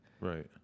Right